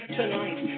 tonight